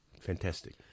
fantastic